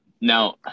Now